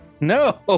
No